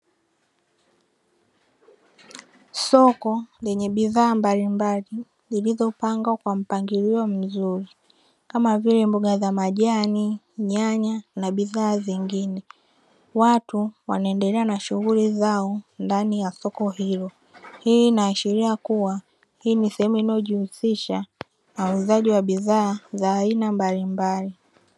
Soko lenye bidhaa mbalimbali zilizopangwa kwa mpangilio mzuri kama vile mboga za majani, nyanya na bidhaa zingine watu wanaendelea na shughuli zao ndani ya soko hilo, hii inaashiria kuwa hii ni sehemu inayojihusisha na uuzaji wa bidhaa za aina mbalimbali.